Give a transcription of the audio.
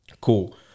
cool